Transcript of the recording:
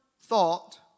thought